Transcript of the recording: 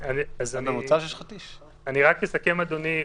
אני אסכם, אדוני.